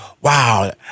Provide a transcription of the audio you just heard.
wow